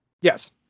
Yes